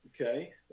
okay